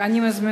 מס'